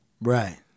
Right